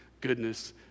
goodness